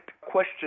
question